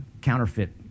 counterfeit